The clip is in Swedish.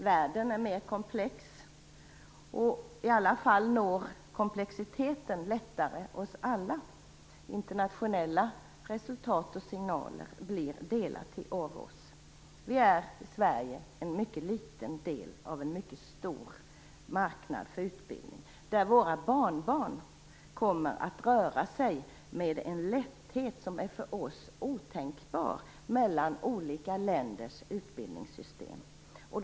Världen är mer komplex nu - i alla fall når komplexiteten oss alla lättare. Internationella resultat och signaler blir delar av oss. Vi i är Sverige en mycket liten del av en mycket stor marknad för utbildning där våra barnbarn kommer att röra sig mellan olika länders utbildningssystem med en lätthet som är otänkbar för oss.